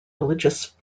religious